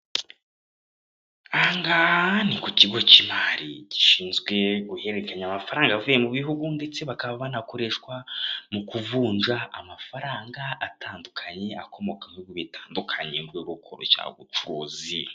Ahangaha ni ku kigo cy'imari, gishizwe guhererekanya amafaranga avuye mu bihugu ndetse bakaba banakoreshwa mu kuvunja amafaranga atandukanye akomoka mu bihugu bitandukanye. Mu rwego rwo koroshya ubucuruzi.